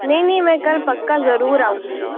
نہیں نہیں میں کل پکا ضرور آؤں گی